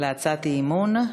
הצעות האי-אמון,